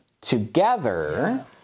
together